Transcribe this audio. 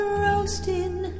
roasting